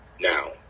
now